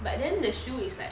but then the shoe is like